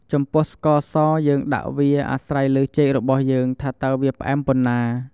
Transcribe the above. ចំពោះស្ករសយើងដាក់វា អាស្រ័យលើចេករបស់យើង ថាតើវាផ្អែមប៉ុណ្ណា។